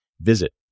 visit